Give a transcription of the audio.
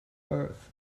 earth